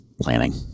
planning